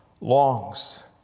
longs